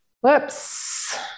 whoops